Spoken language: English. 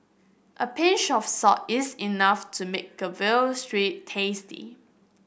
a pinch of salt is enough to make a veal street tasty